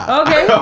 okay